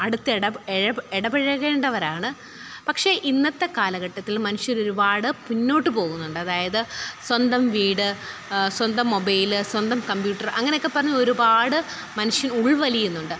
അടുത്തിട ഇടപഴകേണ്ടവരാണ് പക്ഷെ ഇന്നത്തെ കാലഘട്ടത്തില് മനുഷ്യരൊരുപാട് പിന്നോട്ട് പോകുന്നുണ്ട് അതായത് സ്വന്തം വീട് സ്വന്തം മൊബൈല് സ്വന്തം കമ്പ്യുട്ടറ് അങ്ങനെയൊക്കെ പറഞ്ഞ് ഒരുപാട് മനുഷ്യന് ഉള്വലിയുന്നുണ്ട്